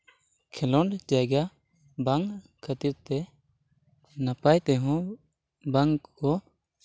ᱠᱷᱮᱞᱳᱰ ᱡᱟᱭᱜᱟ ᱵᱟᱝ ᱠᱷᱟᱹᱛᱤᱨ ᱛᱮ ᱱᱟᱯᱟᱭ ᱛᱮᱦᱚᱸ ᱵᱟᱝ ᱠᱚ